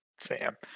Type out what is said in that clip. Sam